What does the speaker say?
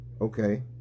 okay